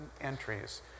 entries